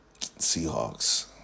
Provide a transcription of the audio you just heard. Seahawks